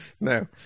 No